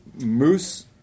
Moose